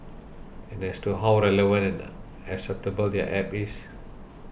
and as to how relevant and acceptable their App is